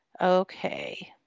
Okay